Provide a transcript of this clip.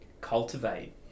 cultivate